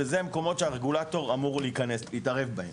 ואלה מקומות שהרגולטור אמור להתערב בהם.